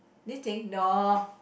dating no